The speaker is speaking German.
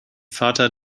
vater